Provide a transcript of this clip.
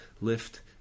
lift